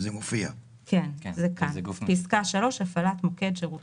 "(3)הפעלת מוקד שירות